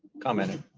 commenting.